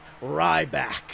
Ryback